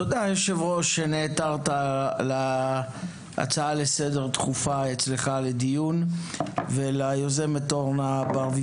תודה היושב-ראש שנעתרת להצעה לסדר דחופה אצלך לדיון וליוזמת חברת